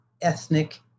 ethnic